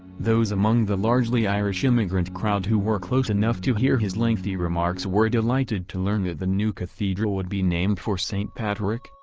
those among the largely irish-immigrant crowd who were close enough to hear his lengthy remarks were delighted to learn that the new cathedral would be named for st. patrick,